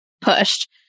pushed